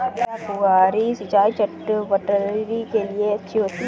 क्या फुहारी सिंचाई चटवटरी के लिए अच्छी होती है?